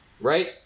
right